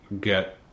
get